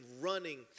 running